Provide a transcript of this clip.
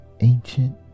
Ancient